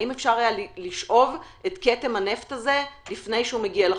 האם אפשר היה לשאוב את כתם הנפט הזה לפני שהוא מגיע לחוף?